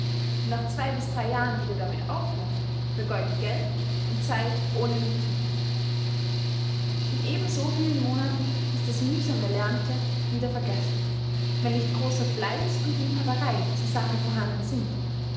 und nach zwei bis drei jahren wieder damit aufhören vergeuden geld und zeit ohne nutzen in eben so vielen monaten ist das mühsam erlernte wieder vergessen wenn nicht großer fleiß und liebhaberei zur sache vorhanden sind